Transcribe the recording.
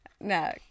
no